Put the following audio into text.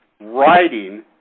writing